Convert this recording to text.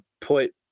put